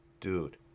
Dude